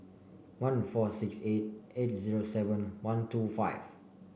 one four six eight eight zero seven one two five